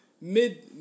Mid